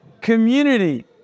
community